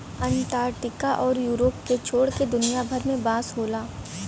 Antarctica आउर Europe के छोड़ के दुनिया भर में बांस होला